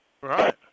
Right